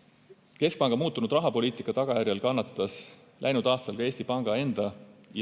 kaugusel. Keskpanga muutunud rahapoliitika tagajärjel kannatas läinud aastal ka Eesti Panga enda